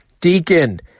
Deacon